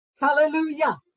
hallelujah